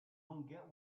coming